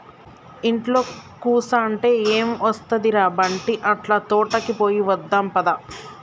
ఇంట్లో కుసంటే ఎం ఒస్తది ర బంటీ, అట్లా తోటకి పోయి వద్దాం పద